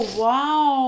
wow